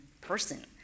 person